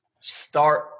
start